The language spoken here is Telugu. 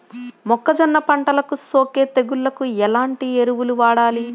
మొక్కజొన్న పంటలకు సోకే తెగుళ్లకు ఎలాంటి ఎరువులు వాడాలి?